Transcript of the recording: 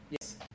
yes